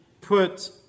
put